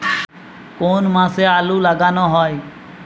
কোন মাসে আলু লাগানো হয়?